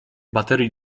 baterii